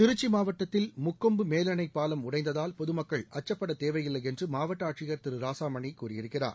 திருக்சி மாவட்டத்தில் முக்கொம்பு மேலனை பாவம் உடைந்ததால் பொதுமக்கள் அச்சப்பட தேவையில்லை என்று மாவட்ட ஆட்சியர் திரு ராசாமணி கூறியிருக்கிறார்